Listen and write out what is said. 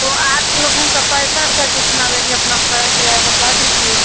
तो आठ लोगों का पैसा वैसा कितना लगेगा अपना भाड़ा किराया बता दीजिए